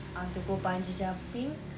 I want to go bungee jumping